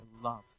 love